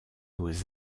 aux